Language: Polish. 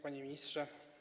Panie Ministrze!